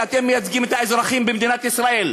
ואתם מייצגים את האזרחים במדינת ישראל: